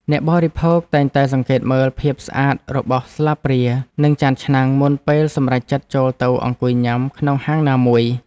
អ្នកបរិភោគតែងតែសង្កេតមើលភាពស្អាតរបស់ស្លាបព្រានិងចានឆ្នាំង មុនពេលសម្រេចចិត្តចូលទៅអង្គុយញ៉ាំក្នុងហាងណាមួយ។